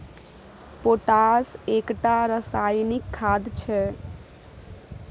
potash एकटा रासायनिक खाद छै